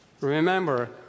Remember